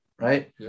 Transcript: right